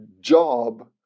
job